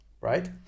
right